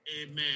amen